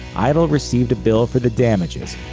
idol received a bill for the damages.